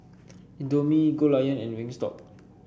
Indomie Goldlion and Wingstop